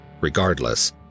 Regardless